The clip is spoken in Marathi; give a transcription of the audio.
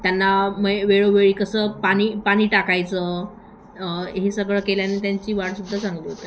त्यांना मै वेळोवेळी कसं पाणी पाणी टाकायचं हे सगळं केल्याने त्यांची वाढ सुद्धा चांगली होतं